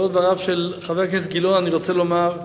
לאור דבריו של חבר הכנסת גילאון אני רוצה לומר,